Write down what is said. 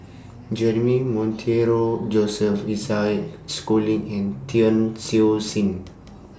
Jeremy Monteiro Joseph Isaac Schooling and Tan Siew Sin